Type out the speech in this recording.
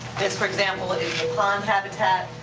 this, for example, is the pond habitat.